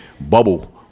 bubble